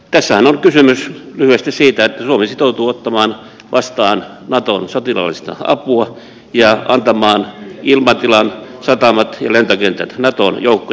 tässähän on kysymys lyhyesti siitä että suomi sitoutuu ottamaan vastaan naton sotilaallista apua ja antamaan ilmatilan satamat ja lentokentät naton joukkojen käyttöön